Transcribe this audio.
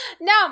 No